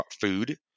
food